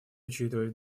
учитывать